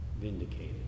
vindicated